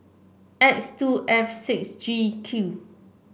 X two F six G Q